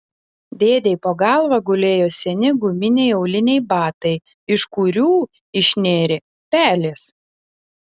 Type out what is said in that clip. dėdei po galva gulėjo seni guminiai auliniai batai iš kurių išnėrė pelės